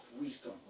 wisdom